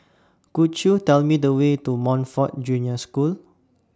Could YOU Tell Me The Way to Montfort Junior School